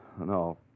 no